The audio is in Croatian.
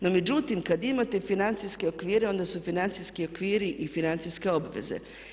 No međutim kada imate financijske okvire onda su financijski okviri i financijske obveze.